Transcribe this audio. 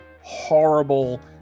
horrible